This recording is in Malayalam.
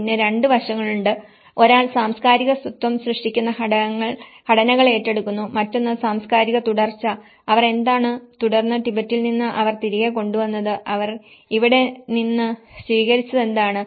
പിന്നെ 2 വശങ്ങളുണ്ട് ഒരാൾ സാംസ്കാരിക സ്വത്വം സൃഷ്ടിക്കുന്ന ഘടനകൾ എടുക്കുന്നു മറ്റൊന്ന് സാംസ്കാരിക തുടർച്ച അവർ എന്താണ് തുടർന്നു ടിബറ്റിൽ നിന്ന് അവർ തിരികെ കൊണ്ടുവന്നത് അവർ ഇവിടെ നിന്ന് സ്വീകരിച്ചത് എന്താണ്